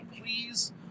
Please